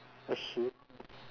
a sheep